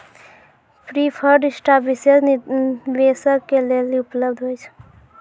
preferred stock विशेष निवेशक के लेली उपलब्ध होय छै